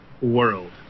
world